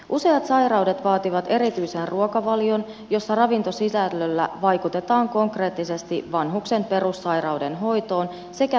useat sairaudet vaativat erityisen ruokavalion jossa ravintosisällöllä vaikutetaan konkreettisesti vanhuksen perussairaudenhoitoon sekä hyvinvointiin